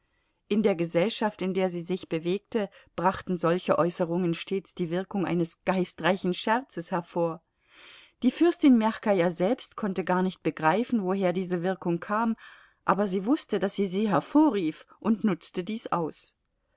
in der gesellschaft in der sie sich bewegte brachten solche äußerungen stets die wirkung eines geistreichen scherzes hervor die fürstin mjachkaja selbst konnte gar nicht begreifen woher diese wirkung kam aber sie wußte daß sie sie hervorrief und nutzte dies aus